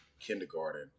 kindergarten